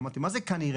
אמרתי "מה זה כנראה?,